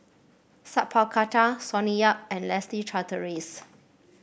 Sat Pal Khattar Sonny Yap and Leslie Charteris